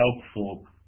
helpful